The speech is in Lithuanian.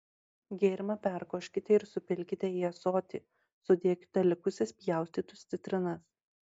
gėrimą perkoškite ir supilkite į ąsotį sudėkite likusias pjaustytus citrinas